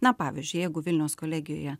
na pavyzdžiui jeigu vilniaus kolegijoje